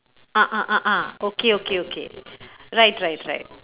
ah ah ah ah okay okay okay right right right